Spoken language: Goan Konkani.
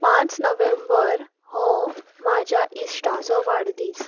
पांच नोव्हेंबर हो म्हाज्या इश्टाचो वाडदीस